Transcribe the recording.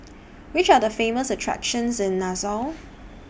Which Are The Famous attractions in Nassau